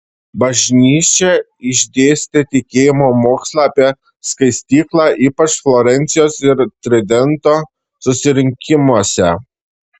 bažnyčia išdėstė tikėjimo mokslą apie skaistyklą ypač florencijos ir tridento susirinkimuose